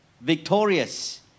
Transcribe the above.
Victorious